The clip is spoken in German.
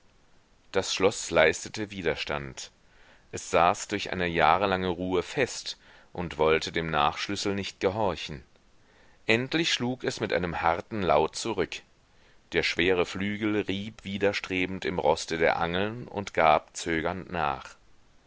das schloß leistete widerstand es saß durch eine jahrelange ruhe fest und wollte dem nachschlüssel nicht gehorchen endlich schlug es mit einem harten laut zurück der schwere flügel rieb widerstrebend im roste der angeln und gab zögernd nach